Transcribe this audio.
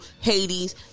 Hades